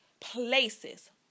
places